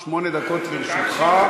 שמונה דקות לרשותך.